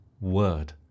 word